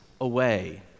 away